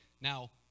Now